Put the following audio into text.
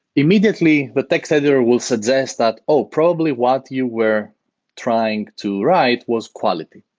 immediately, the text editor will suggest that, oh, probably what you were trying to ride was quality.